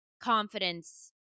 confidence